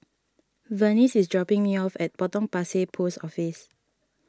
Vernice is dropping me off at Potong Pasir Post Office